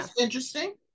interesting